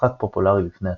משחק פופולרי בפני עצמו.